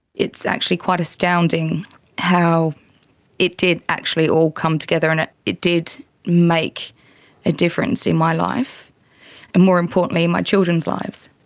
it's actually quite astounding how it did actually all come together and it it did make a difference in my life, and more importantly in my children's lives.